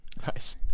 Nice